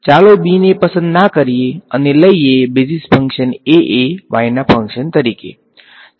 ચાલો b ને પસંદ ના કરીયે અને લઈએ બેઝિસ ફંક્શન a એ y ના ફંક્શન તરીકે